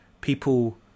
people